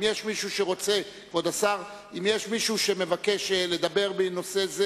אם יש מישהו שמבקש לדבר בנושא זה